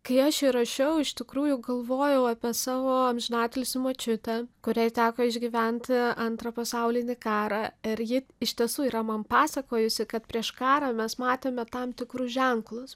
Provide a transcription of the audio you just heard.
kai aš jį rašiau iš tikrųjų galvojau apie savo amžinatilsį močiutę kuriai teko išgyventi antrą pasaulinį karą ir ji iš tiesų yra man pasakojusi kad prieš karą mes matėme tam tikrus ženklus